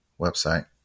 website